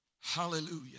hallelujah